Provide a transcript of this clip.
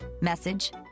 message